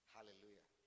Hallelujah